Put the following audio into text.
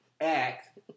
act